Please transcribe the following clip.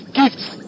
gifts